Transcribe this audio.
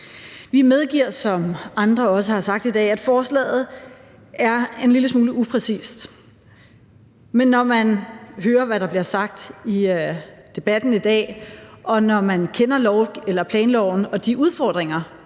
Vi medgiver, som andre også har sagt i dag, at forslaget er en lille smule upræcist. Men når man hører, hvad der bliver sagt i debatten i dag, og når man kender planloven og de udfordringer,